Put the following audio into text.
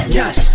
Yes